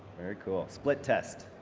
very cool. split test.